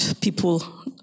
people